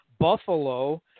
Buffalo